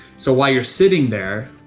so while you're sitting there,